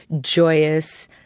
joyous